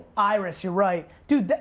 iris, you're right. dude,